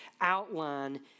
outline